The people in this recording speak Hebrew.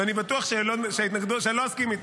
ואני בטוח שלא אסכים איתה.